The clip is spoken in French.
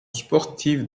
sportive